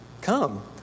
Come